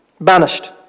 Banished